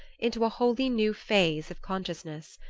into a wholly new phase of consciousness.